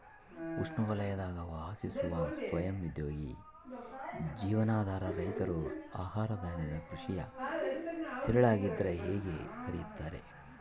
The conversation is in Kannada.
ಉಷ್ಣವಲಯದಾಗ ವಾಸಿಸುವ ಸ್ವಯಂ ಉದ್ಯೋಗಿ ಜೀವನಾಧಾರ ರೈತರು ಆಹಾರಧಾನ್ಯದ ಕೃಷಿಯ ತಿರುಳಾಗಿದ್ರ ಹೇಗೆ ಕರೆಯುತ್ತಾರೆ